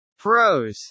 Pros